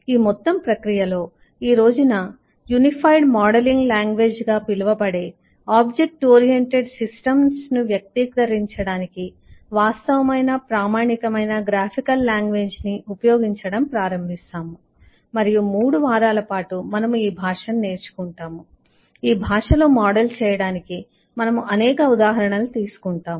ఈ మొత్తం ప్రక్రియలో ఈ రోజున యూనిఫైడ్ మోడలింగ్ లాంగ్వేజ్ గా పిలువబడే ఆబ్జెక్ట్ ఓరియెంటెడ్ సిస్టమ్స్ను వ్యక్తీకరించడానికి వాస్తవమైన ప్రామాణికమైన గ్రాఫికల్ లాంగ్వేజ్ను ఉపయోగించడం ప్రారంభిస్తాము మరియు 3 వారాల పాటు మనము ఈ భాషను నేర్చుకుంటాము ఆ భాషలో మోడల్ చేయడానికి మనము అనేక ఉదాహరణలు తీసుకుంటాము